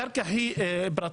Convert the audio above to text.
הקרקע היא פרטית.